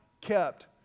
Kept